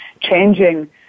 changing